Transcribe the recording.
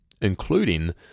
including